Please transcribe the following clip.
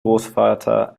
großvater